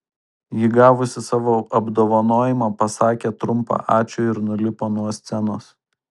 ji gavusi savo apdovanojimą pasakė trumpą ačiū ir nulipo nuo scenos